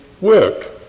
work